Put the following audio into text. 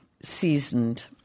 seasoned